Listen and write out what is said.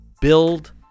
build